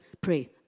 pray